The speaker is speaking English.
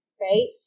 right